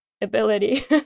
ability